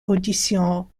audition